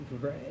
right